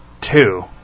two